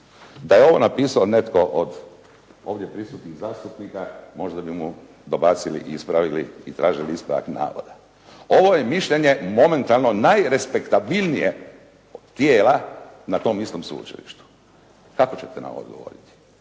Da je ovo napisao netko od ovdje prisutnih zastupnika možda bi mu dobacili i ispravili i tražili ispravak navoda. Ovo je mišljenje momentalno najrespektabilnije tijela na tom istom sveučilištu. Kako ćete na ovo odgovoriti?